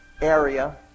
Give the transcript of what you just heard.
area